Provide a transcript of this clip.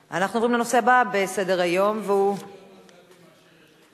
לתוצאות: בעד, 5, אין מתנגדים, אין נמנעים.